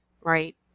right